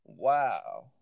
Wow